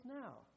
now